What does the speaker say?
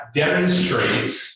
demonstrates